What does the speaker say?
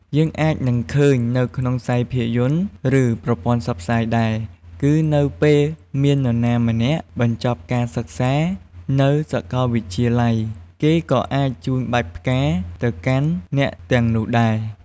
យើងអាចនឹងឃើញ នៅក្នុងខ្សែភាពយន្ត ឬ ប្រព័ន្ធផ្សព្វផ្សាយដែរ គឺនៅពេលមាននរណាម្នាក់បញ្ចប់ការសិក្សានៅសកលវិទ្យាល័យ គេក៏អាចជូនបាច់ផ្កាទៅកាន់អ្នកទាំងនោះដែរ។